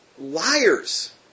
Liars